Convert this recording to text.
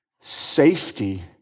safety